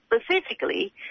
specifically